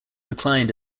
declined